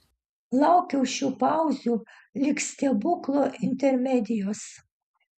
laukiau šių pauzių lyg stebuklo intermedijos